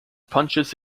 punches